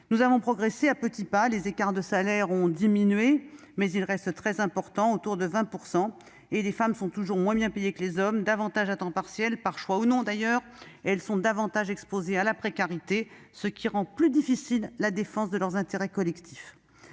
Nous avons progressé à petits pas. Les écarts de salaire ont diminué, mais ils restent très importants, de l'ordre de 20 %. Les femmes sont toujours moins bien payées que les hommes ; elles sont plus souvent à temps partiel, par choix ou non, d'ailleurs ; elles sont davantage exposées à la précarité, ce qui rend plus difficile la défense de leurs intérêts collectifs.